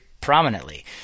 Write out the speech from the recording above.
prominently